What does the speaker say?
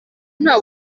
nta